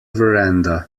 verandah